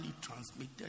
transmitted